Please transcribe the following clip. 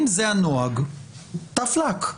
אם זה הנוהג tough luck,